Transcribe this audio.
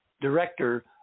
director